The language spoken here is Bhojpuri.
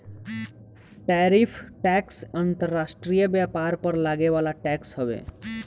टैरिफ टैक्स अंतर्राष्ट्रीय व्यापार पर लागे वाला टैक्स हवे